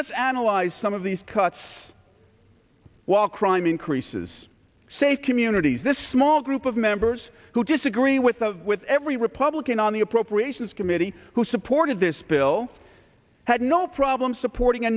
let's analyze some of these cuts while crime increases safe communities the small group of members who disagree with the with every republican on the appropriations committee who supported this bill had no problem supporting a